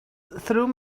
through